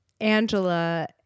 Angela